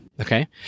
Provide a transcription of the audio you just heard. Okay